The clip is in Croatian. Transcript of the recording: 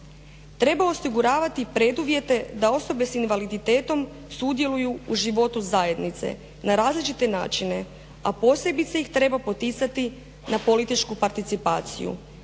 Treba osiguravati i preduvjete da osobe sa invaliditetom sudjeluju u životu zajednice na različite načine, a posebice iz treba poticati na političku participaciju